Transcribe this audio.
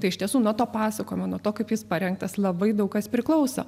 tai iš tiesų nuo to pasakojimo nuo to kaip jis parengtas labai daug kas priklauso